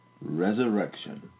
resurrection